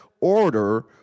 order